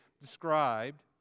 described